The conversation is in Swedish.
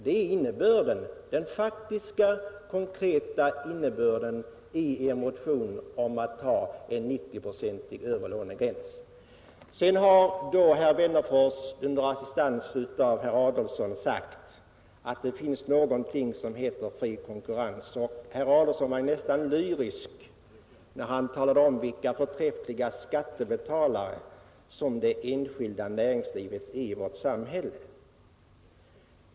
Det är den faktiska, konkreta innebörden i er motion om en 90-procentig övre lånegräns. Herr Wennerfors har sedan under assistens av herr Adolfsson sagt att det finns någonting som heter fri konkurrens. Herr Adolfsson var nästan lyrisk när han talade om vilken förträfflig skattebetalare det enskilda näringslivet är i vårt samhälle.